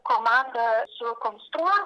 komanda sukonstruos